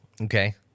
Okay